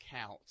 count